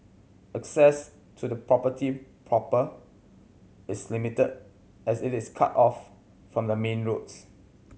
access to the property proper is limited as it is cut off from the main roads